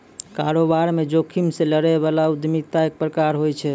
कारोबार म जोखिम से लड़ै बला उद्यमिता एक प्रकार होय छै